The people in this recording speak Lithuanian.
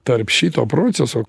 tarp šito proceso